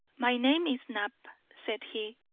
my name is knapp, said he.